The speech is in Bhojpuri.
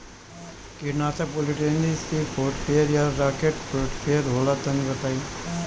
कीटनाशक पॉलीट्रिन सी फोर्टीफ़ोर या राकेट फोर्टीफोर होला तनि बताई?